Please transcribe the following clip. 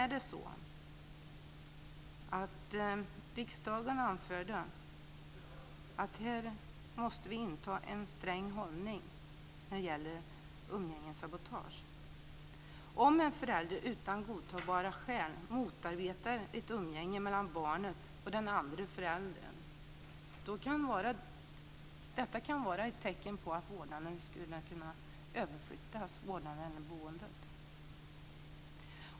Riksdagen anförde att vi måste inta en sträng hållning här. Om en förälder utan godtagbara skäl motarbetar ett umgänge mellan barnet och den andre föräldern kan detta vara ett tecken på att vårdnaden eller boendet ska överflyttas.